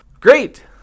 Great